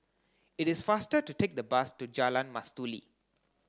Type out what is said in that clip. it is faster to take the bus to Jalan Mastuli